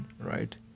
right